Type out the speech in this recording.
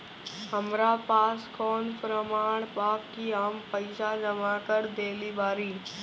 हमरा पास कौन प्रमाण बा कि हम पईसा जमा कर देली बारी?